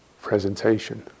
presentation